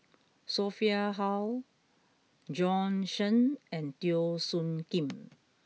Sophia Hull Bjorn Shen and Teo Soon Kim